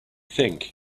think